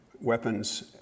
weapons